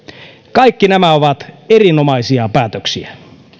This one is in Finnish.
kaikki nämä ovat erinomaisia päätöksiä